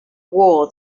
war